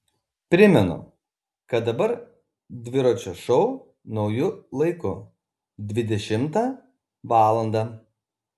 primenu kad dabar dviračio šou nauju laiku dvidešimtą valandą